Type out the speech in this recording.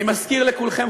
אני מזכיר לכולכם,